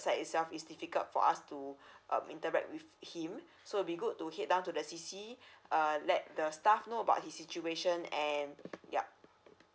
site itself is difficult for us to um interact with him so it'll be good to head down to the C_C err let the staff know about this situation and yeah